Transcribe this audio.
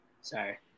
Sorry